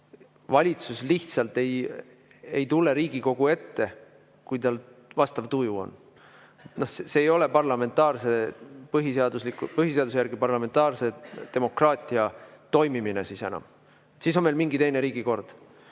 valitsus lihtsalt ei tule Riigikogu ette, kui tal vastav tuju on. See ei ole põhiseaduse järgi parlamentaarse demokraatia toimimine siis enam. Siis on meil mingi teine riigikord,